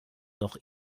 noch